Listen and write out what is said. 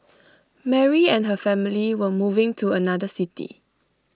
Mary and her family were moving to another city